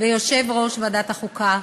ויושב-ראש ועדת החוקה